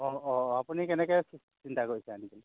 অ অ অ আপুনি কেনেকৈ চিন্তা কৰিছে আনিবলৈ